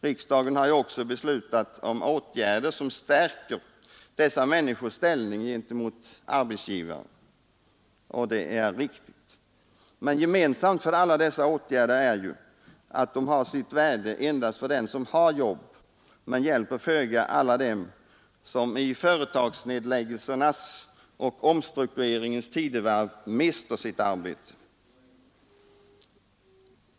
Riksdagen har också beslutat om åtgärder som stärker dessa människors ställning gentemot arbetsgivaren, och det är riktigt. Men gemensamt för alla dessa åtgärder är ju att de har sitt värde endast för dem som redan har jobb men hjälper föga alla dem som i företagsnedläggelsernas och omstruktureringens tidevarv mister sitt arbete.